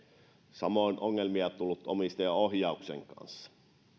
samoin ongelmia on tullut omistajaohjauksen kanssa